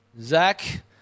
Zach